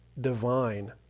divine